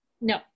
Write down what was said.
no